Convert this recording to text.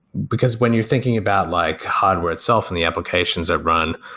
because when you're thinking about like hardware itself and the applications that run,